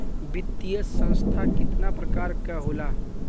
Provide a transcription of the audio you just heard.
वित्तीय संस्था कितना प्रकार क होला?